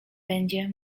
będzie